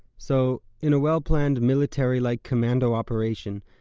so in a well-planned military-like commando operation,